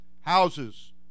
houses